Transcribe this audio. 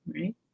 right